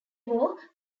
war